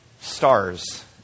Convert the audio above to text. stars